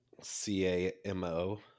c-a-m-o